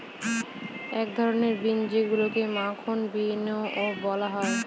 এক ধরনের বিন যেইগুলাকে মাখন বিনও বলা হয়